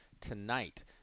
tonight